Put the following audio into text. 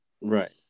Right